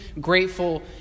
grateful